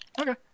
Okay